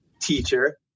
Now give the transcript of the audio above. teacher